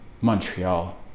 Montreal